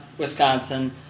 Wisconsin